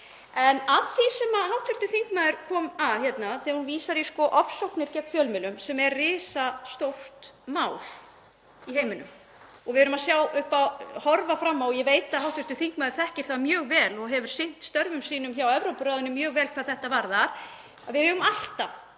En að því sem hv. þingmaður kom að þegar hún vísar í ofsóknir gegn fjölmiðlum sem er risastórt mál í heiminum og við erum að horfa fram á og ég veit að hv. þingmaður þekkir það mjög vel og hefur sinnt störfum sínum hjá Evrópuráðinu mjög vel hvað þetta varðar. Við eigum alltaf